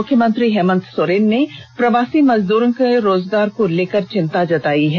मुख्यमंत्री हेमंत सोरेन ने प्रवासी मजदूरों के रोजगार को लेकर चिंता जताई है